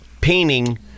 painting